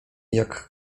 jak